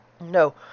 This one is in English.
No